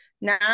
Now